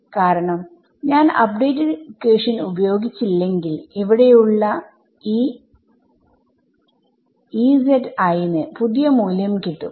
കാരണം ഞാൻ update equation ഉപയോഗിച്ചില്ലെങ്കിൽ ഇവിടെയുള്ള ഈ ന് പുതിയ മൂല്യം കിട്ടും